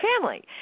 Family